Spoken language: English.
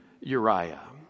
Uriah